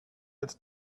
its